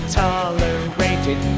tolerated